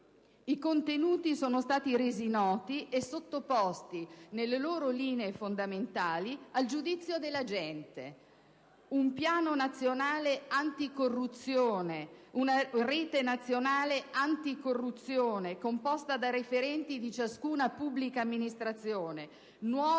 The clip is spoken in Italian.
I contenuti ne sono stati resi noti e sottoposti, nelle loro linee fondamentali, al giudizio della gente: un Piano nazionale anticorruzione, una Rete nazionale anticorruzione composta da referenti di ciascuna pubblica amministrazione,